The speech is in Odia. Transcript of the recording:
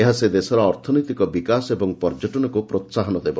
ଏହା ସେ ଦେଶର ଅର୍ଥନୈତିକ ବିକାଶ ଓ ପର୍ଯ୍ୟଟନକୁ ପ୍ରୋହାହନ ଦେବ